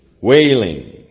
wailing